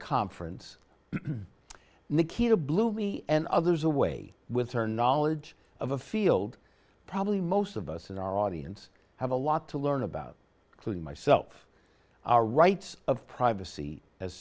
conference nikita blew me and others away with her knowledge of a field probably most of us in our audience have a lot to learn about killing myself our rights of privacy as